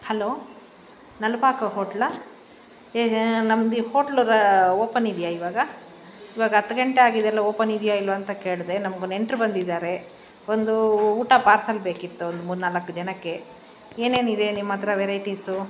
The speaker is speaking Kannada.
ಹಲೋ ನಳ್ಪಾಕ ಹೋಟ್ಲಾ ನಮ್ದಿ ಹೋಟ್ಲರ ಓಪನ್ ಇದೆಯಾ ಇವಾಗ ಇವಾಗ ಹತ್ತು ಗಂಟೆ ಆಗಿದ್ಯಲ ಓಪನ್ ಇದೆಯಾ ಇಲ್ವ ಅಂತ ಕೇಳಿದೆ ನಮಗು ನೆಂಟ್ರು ಬಂದಿದಾರೆ ಒಂದು ಊಟ ಪಾರ್ಸಲ್ ಬೇಕಿತ್ತು ಒಂದು ಮೂರು ನಾಲ್ಕು ಜನಕ್ಕೆ ಏನೇನಿದೆ ನಿಮ್ಮ ಹತ್ರ ವೆರೈಟಿಸು